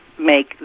make